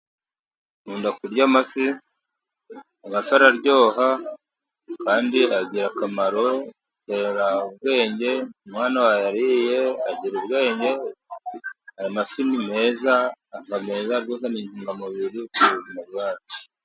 Nkunda kurya amafi, amafi araryoha, kandi agira akamaro atera ubwenge, umwana wayariye agira ubwenge, amafi ni meza aba meza, agira intungamubiri ku buzima bwacu.